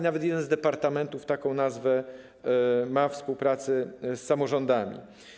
Nawet jeden z departamentów ma taką nazwę: współpracy z samorządami.